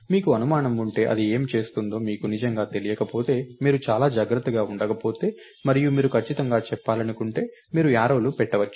మీకు అనుమానం ఉంటే అది ఏమి చేస్తుందో మీకు నిజంగా తెలియకపోతే మీరు చాలా జాగ్రత్తగా ఉండకపోతే మరియు మీరు ఖచ్చితంగా చెప్పాలనుకుంటే మీరు యారోలు పెట్టవచ్చు